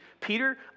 Peter